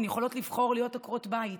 הן יכולות לבחור להיות עקרות בית,